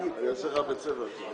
עוצר את הישיבה עד שיהיה